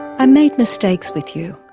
i made mistakes with you,